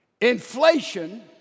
Inflation